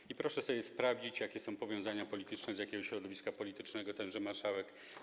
I proszę sobie sprawdzić, jakie są powiązania polityczne, z jakiego środowiska politycznego wywodzi się tenże marszałek.